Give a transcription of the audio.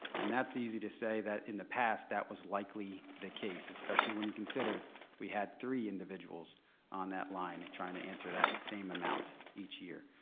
and that's easy to say that in the past that was likely the case especially when you consider we had three individuals on that line and trying to answer that same amount each year.